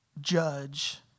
judge